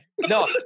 No